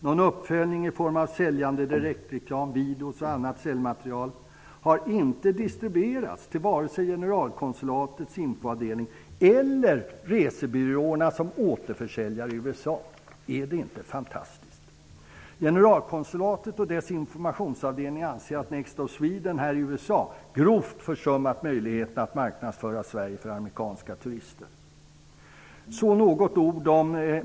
Någon uppföljning i form av säljande direktreklam, videos och annat säljmaterial har inte distribuerats till vare sig generalkonsulatets infoavdelning eller resebyråerna i USA. Är det inte fantastiskt! Generalkonsulatet och dess informationsavdelning anser att Next Stop Sweden grovt försummat möjligheterna att marknadsföra Sverige för amerikanska turister.